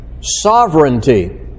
Sovereignty